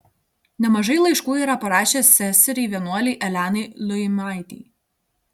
nemažai laiškų yra parašęs seseriai vienuolei elenai liuimaitei